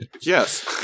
Yes